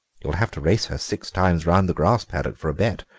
you'll have to race her six times round the grass paddock for a bet,